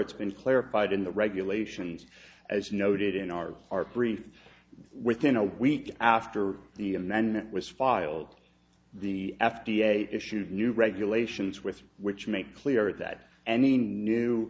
it's been clarified in the regulations as noted in our our brief within a week after the amendment was filed the f d a issued new regulations with which make clear that any